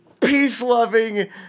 peace-loving